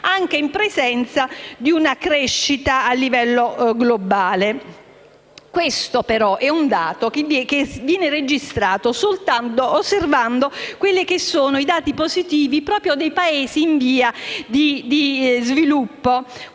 anche in presenza di una crescita a livello globale. Questo, però, è un dato che viene registrato soltanto osservando i dati positivi dei Paesi in via di sviluppo,